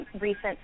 recent